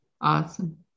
Awesome